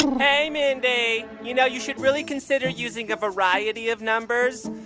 hey, mindy. you know, you should really consider using a variety of numbers,